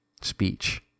speech